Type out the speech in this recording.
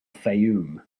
fayoum